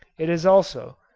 it has also,